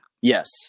yes